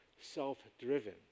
self-driven